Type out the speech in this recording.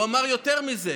הוא אמר יותר מזה.